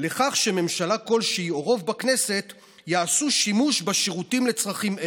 לכך שממשלה כלשהי או רוב בכנסת יעשו שימוש בשירותים לצרכים אלה.